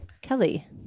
Kelly